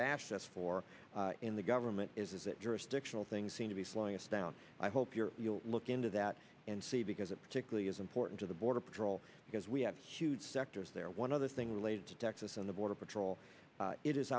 bashed us for in the government is that jurisdictional things seem to be slowing us down i hope your you'll look into that and see because it particularly is important to the border patrol because we have huge sectors there one other thing related to texas and the border patrol it is